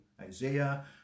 Isaiah